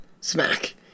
smack